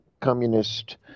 communist